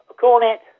cornet